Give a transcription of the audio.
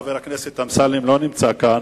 שחבר חיים הכנסת אמסלם לא נמצא כאן,